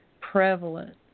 prevalent